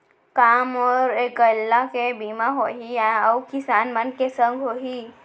का मोर अकेल्ला के बीमा होही या अऊ किसान मन के संग होही?